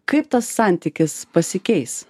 kaip tas santykis pasikeis